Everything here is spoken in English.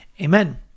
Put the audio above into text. Amen